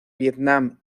vietnam